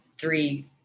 three